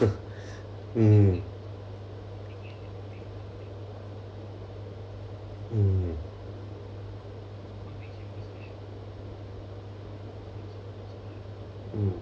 mm mm mm